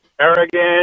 arrogant